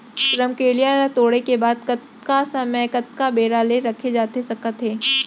रमकेरिया ला तोड़े के बाद कतका समय कतका बेरा ले रखे जाथे सकत हे?